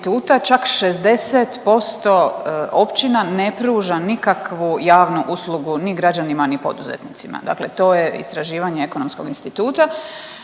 čak 60% općina ne pruža nikakvu javnu uslugu ni građanima, ni poduzetnicima, dakle to je istraživanje Ekonomskog instituta,